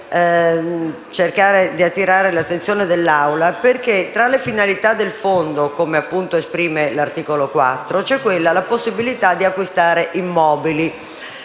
vorrei cercare di attirare l'attenzione dell'Assemblea perché tra le finalità del Fondo, come prevede appunto l'articolo 4, c'è la possibilità di acquistare immobili.